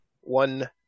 one